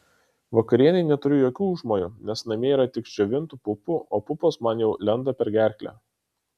vakarienei neturiu jokių užmojų nes namie yra tik džiovintų pupų o pupos man jau lenda per gerklę